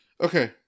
Okay